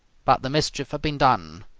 but the mischief had been done.